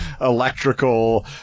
electrical